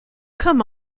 come